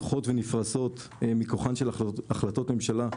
עמדות הטעינה הולכות ונפרסות מכוחן של החלטות ממשלה.